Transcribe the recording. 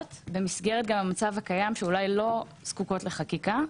במסגרת המצב הקיים שאולי לא זקוקות לחקיקה.